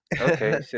Okay